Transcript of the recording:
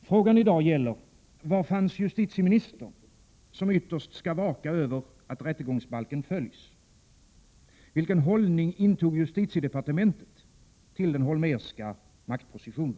Frågan i dag gäller: Var fanns justitieministern, som ytterst skall vaka över att rättegångsbalken följs? Vilken hållning intog justitiedepartementet till den Holmérska maktpositionen?